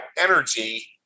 energy